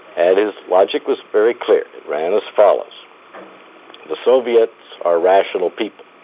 and his logic was very clear. it ran as follows the soviets are rational people.